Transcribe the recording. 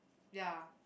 ya